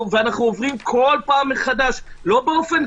שלום, אדוני.